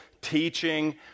teaching